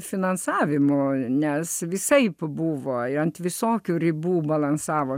finansavimu nes visaip buvo ant visokių ribų balansavo